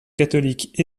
catholique